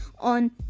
on